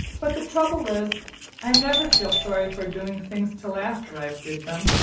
but the trouble is i never feel sorry for doing things till after i've did them.